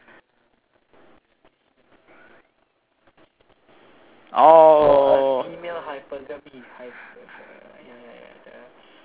oh